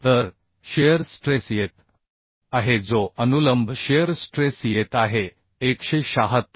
तर shear stress येत आहे जो अनुलंब शिअर स्ट्रेस येत आहे 176